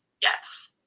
yes